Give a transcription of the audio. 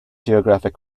geographic